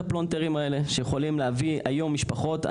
הפלונטרים האלה שיכולים להביא היום משפחות.